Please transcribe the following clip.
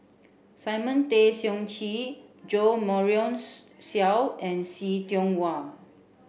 Simon Tay Seong Chee Jo Marion Seow and See Tiong Wah